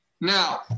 Now